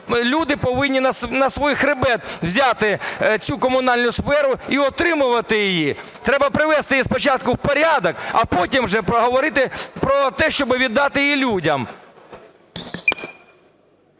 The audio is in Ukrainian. люди повинні на свій хребет взяти цю комунальну сферу і утримувати її. Треба привести її спочатку в порядок, а потім вже говорити про те, щоби віддати її людям.